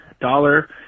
dollar